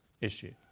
issue